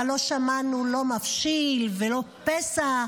אבל לא שמענו לא מבשיל ולא פסע,